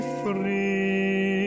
free